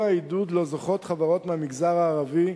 לעידוד שלו זוכות חברות מהמגזר הערבי,